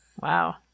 Wow